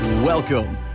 Welcome